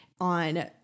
on